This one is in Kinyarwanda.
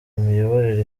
imiyoborere